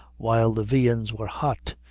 while the viands were hot,